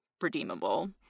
redeemable